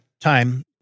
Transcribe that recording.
time